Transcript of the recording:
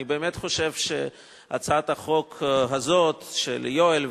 אני באמת חושב שהצעת החוק הזאת של יואל,